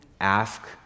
Ask